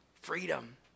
freedom